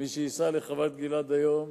מי שייסע לחוות-גלעד היום,